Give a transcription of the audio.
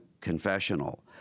confessional—